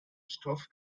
stoff